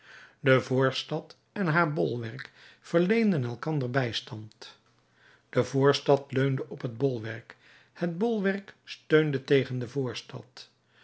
de voorstad en haar bolwerk verleenden elkander bijstand de voorstad leunde op het bolwerk het bolwerk steunde tegen de voorstad